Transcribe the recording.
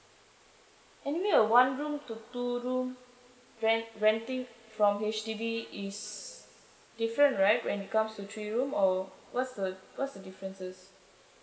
anyway a one room to two room rent renting from H_D_B is different right when it comes to three room or what's the what's the differences